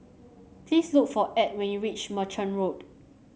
please look for Edw when you reach Merchant Road